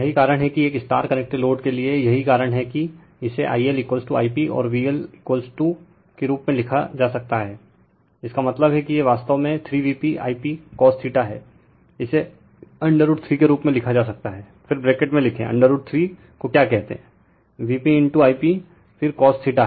तो यही कारण है कि एक स्टार कनेक्टेड लोड के लिए यही कारण है कि इसे I LI p और VL के रूप में लिखा जा सकता है इसका मतलब है कि यह वास्तव में 3VpI pcos है इसे √ 3 के रूप में लिखा जा सकता है फिर ब्रैकेट में लिखें √ 3 क्या कहते हैं VpI p फिर cosहैं